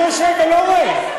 אני יושב ולא רואה.